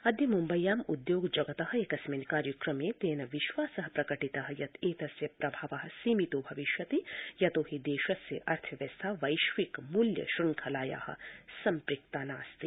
अद्य मुम्बय्याम् उद्योग जगत एकस्मिन् कार्यक्रमे तेन विश्वास प्रकटित यत् एतस्य प्रभाव सीमितो भविष्यति यतो हि देशस्य अर्थव्यवस्था वश्विक मूल्य श्रृंखलाया सम्पृक्ता नास्ति